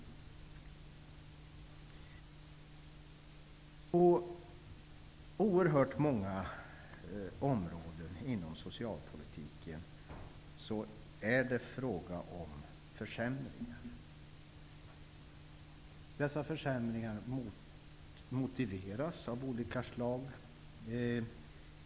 På oerhört många områden inom socialpolitiken är det fråga om försämringar. Dessa försämringar motiveras på olika sätt.